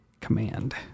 command